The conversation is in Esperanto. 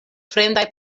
fremdaj